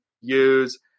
Use